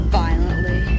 violently